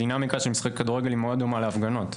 הדינמיקה של משחקי כדורגל מאוד דומה להפגנות.